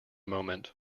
moment